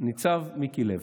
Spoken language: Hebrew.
ניצב מיקי לוי.